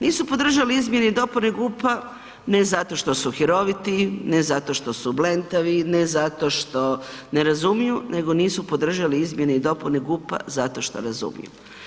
Nisu podržali izmjene i dopune GUP-a ne zato što su hiroviti, ne zato što su blentavi, ne zato što ne razumiju, nego nisu podržali izmjene i dopune GUP-a zato šta razumiju.